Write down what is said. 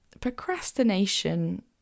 procrastination